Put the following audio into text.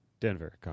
Denver